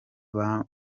bamwe